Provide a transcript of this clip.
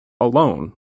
alone